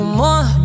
more